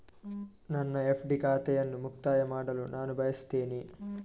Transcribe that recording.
ನನ್ನ ಎಫ್.ಡಿ ಖಾತೆಯನ್ನು ಮುಕ್ತಾಯ ಮಾಡಲು ನಾನು ಬಯಸ್ತೆನೆ